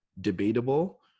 debatable